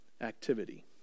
activity